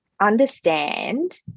understand